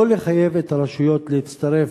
לא לחייב את הרשויות להצטרף,